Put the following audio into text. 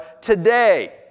today